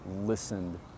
listened